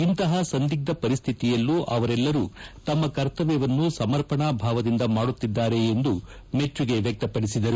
ಇಂತಹ ಸಂದಿಗ್ದ ಪರಿಸ್ಟಿತಿಯಲ್ಲೂ ಅವರೆಲ್ಲರೂ ತಮ್ಮ ಕರ್ತವ್ವವನ್ನು ಸಮರ್ಪಣಾಭಾವದಿಂದ ಮಾಡುತ್ತಿದ್ದಾರೆ ಎಂದು ಮೆಚ್ಚುಗೆ ವ್ಯಕ್ತಪಡಿಸಿದರು